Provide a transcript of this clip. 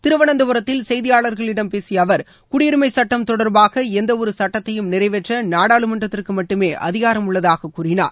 திருவனந்தபுரத்தில் செய்தியாளர்களிடம் பேசிய அவர் குடியுரிமை சுட்டம் தொடர்பாக எந்தவொரு சுட்டத்தையும் நிறைவேற்ற நாடாளுமன்றத்திற்கு மட்டுமே அதிகாரம் உள்ளதாக கூறினார்